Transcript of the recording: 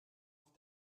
auf